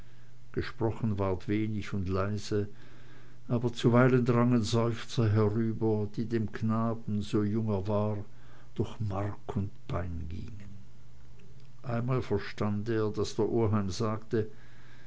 gesprochen ward wenig und leise aber zuweilen drangen seufzer herüber die dem knaben so jung er war durch mark und bein gingen einmal verstand er daß der oheim sagte